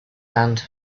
hand